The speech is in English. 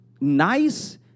nice